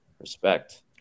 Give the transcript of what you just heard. Respect